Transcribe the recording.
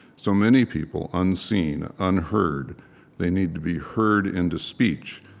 so many people unseen, unheard they need to be heard into speech.